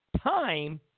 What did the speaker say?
Time